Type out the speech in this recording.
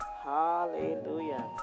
Hallelujah